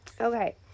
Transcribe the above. Okay